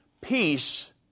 Peace